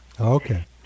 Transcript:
Okay